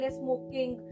smoking